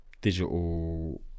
digital